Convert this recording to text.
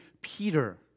Peter